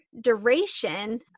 duration